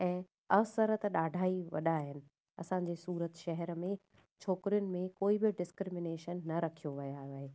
ऐं अवसर त ॾाढा ई वॾा आहिनि असांजे सूरत शहर में छोकिरियुनि में कोई बि डिस्क्रिमिनेशन न रखियो वियो आहे